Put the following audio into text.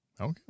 Okay